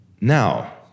Now